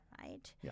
Right